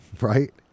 right